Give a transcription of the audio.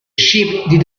sheep